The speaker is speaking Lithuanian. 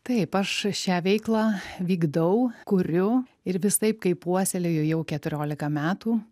taip aš šią veiklą vykdau kuriu ir visaip kaip puoselėju jau keturiolika metų